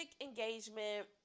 engagement